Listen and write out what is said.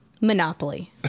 Monopoly